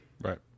right